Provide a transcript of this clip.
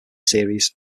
series